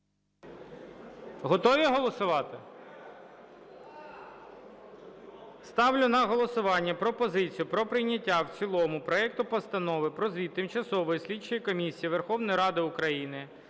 Готові голосувати? Ставлю на голосування пропозицію про прийняття в цілому проекту Постанови про звіт Тимчасової слідчої комісії Верховної Ради України